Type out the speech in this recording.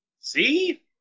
See